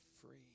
free